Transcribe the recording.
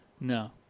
No